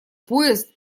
поезд